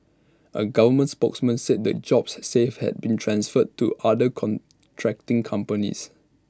A government spokesman said the jobs saved had been transferred to other contracting companies